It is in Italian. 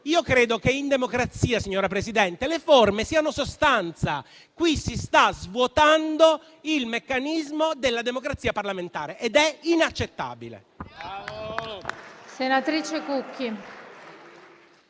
Io credo che in democrazia, signora Presidente, le forme siano sostanza. In questo caso si sta svuotando il meccanismo della democrazia parlamentare ed è inaccettabile.